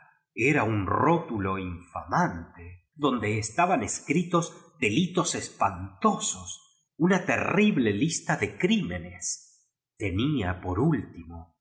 era un rótulo infamante donde es taban escritos delitos espantosos una te rrible listo de crímenes terna por último en